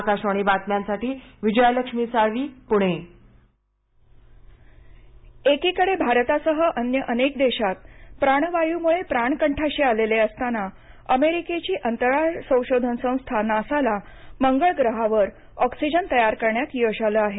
आकाशवाणी बातम्यांसाठी विजयालक्ष्मी साळवी पुणे नासा एकीकडे भारतासह अन्य अनेक देशांत प्राणवायूमुळे प्राण कंठाशी आलेले असताना अमेरिकेची अंतराळ संशोधन संस्था नासा ला मंगळ ग्रहावर ऑक्सिजन तयार करण्यात यश आलं आहे